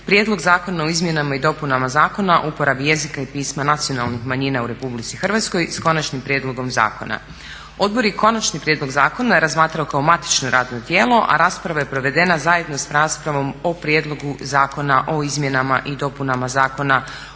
Prijedlog zakona o izmjenama i dopunama Zakona o uporabi jezika i pisma nacionalnih manjina u RH, s Konačnim prijedlogom zakona. Odbor je konačni prijedlog zakona razmatrao kao matično radno tijelo, a rasprava je provedena zajedno s raspravom o Zakona o uporabi jezika